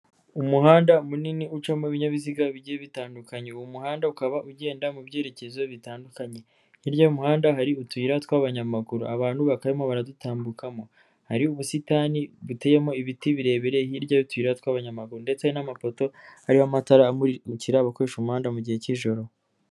Umuhanda munini ucamo ibinyabiziga bigiye bitandukanye. Uwo muhanda ukaba ugenda mu byerekezo bitandukanye, hirya y'umuhanda hari utuyira tw'abanyamaguru, abantu bakarimo baradutambukamo. Hari ubusitani buteyemo ibiti birebire hirya y'utuyira tw'abanyamaguru, ndetse n'amapoto ariho amatara amurikira abakoresha umuhanda mu gihe cy'ijoro.